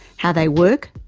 how they work,